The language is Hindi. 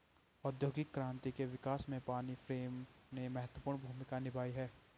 औद्योगिक क्रांति के विकास में पानी फ्रेम ने महत्वपूर्ण भूमिका निभाई है